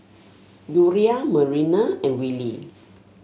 Uriah Marina and Willy